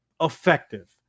effective